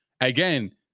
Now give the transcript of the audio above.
again